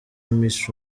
miss